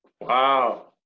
Wow